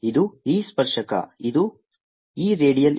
ಇದು E ಸ್ಪರ್ಶಕ ಇದು E ರೇಡಿಯಲ್